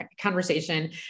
conversation